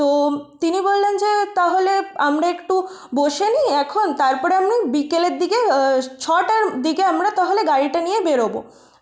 তো তিনি বললেন যে তাহলে আমরা একটু বসে নিই এখন তারপরে আমি বিকেলের দিকে ছটার দিকে আমরা তাহলে গাড়িটা নিয়ে বেরোবো